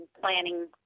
planning